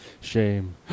Shame